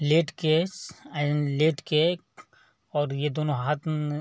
late कर लेट कर और यह दोनों हाथ